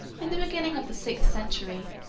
in the beginning of the sixth century,